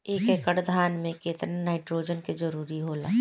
एक एकड़ धान मे केतना नाइट्रोजन के जरूरी होला?